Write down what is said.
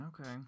Okay